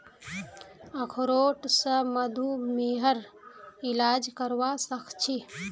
अखरोट स मधुमेहर इलाज करवा सख छी